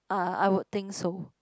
uh I would think so